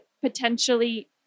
potentially